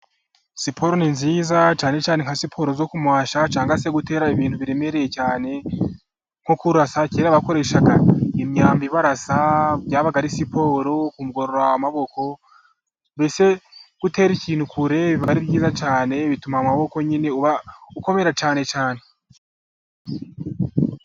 Siporo ni nziza cyane cyane nka siporo zo kumasha cyangwa se guterura ibintu biremereye cyane, nko kurasa, kera abakoreshaga imyambi barasa byabaga ari siporo kugorora amaboko, mbese gutera ikintu kure biba ari byiza cyane bituma amaboko nyine uba ukomera cyane cyane.